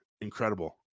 incredible